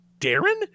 Darren